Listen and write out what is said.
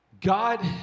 God